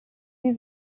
die